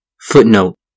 Footnote